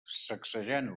sacsejant